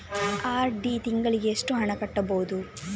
RD ತಿಂಗಳಿಗೆ ಎಷ್ಟು ಹಣ ಕಟ್ಟಬಹುದು?